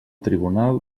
tribunal